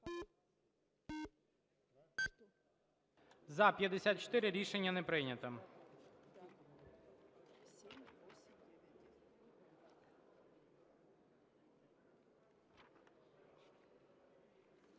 За-59 Рішення не прийнято.